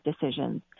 decisions